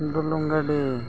ᱰᱩᱞᱩᱝ ᱜᱟᱹᱰᱤ